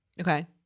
Okay